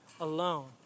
alone